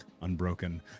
unbroken